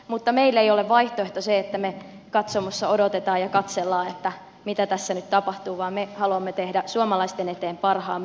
mutta meille ei ole vaihtoehto se että me katsomossa odotamme ja katselemme että mitä tässä nyt tapahtuu vaan me haluamme tehdä suomalaisten eteen parhaamme